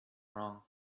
wrong